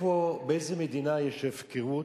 באיזה מדינה יש הפקרות,